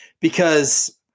because-